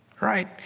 Right